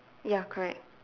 ya correct